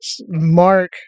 Mark